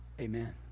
Amen